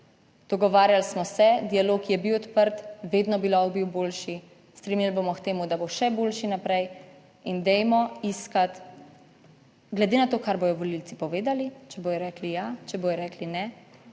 Dogovarjali smo se, dialog je bil odprt, vedno bi lahko bil boljši, stremeli bomo k temu, da bo še boljši naprej in dajmo iskati, glede na to kar bodo volivci povedali, če bodo rekli ja, če bodo rekli ne,